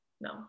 No